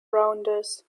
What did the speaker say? rounders